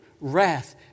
wrath